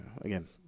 again